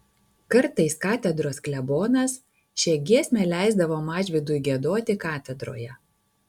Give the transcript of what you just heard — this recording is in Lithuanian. kartais katedros klebonas šią giesmę leisdavo mažvydui giedoti katedroje